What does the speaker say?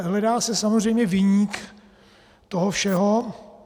Hledá se samozřejmě viník toho všeho.